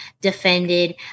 defended